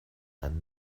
ein